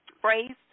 phrase